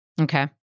Okay